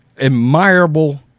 admirable